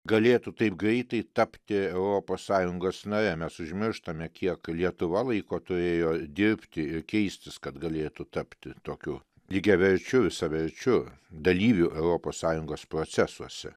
galėtų taip greitai tapti europos sąjungos nare mes užmirštame kiek lietuva laiko turėjo dirbti ir keistis kad galėtų tapti tokiu lygiaverčiu visaverčiu dalyviu europos sąjungos procesuose